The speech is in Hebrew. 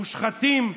מושחתים,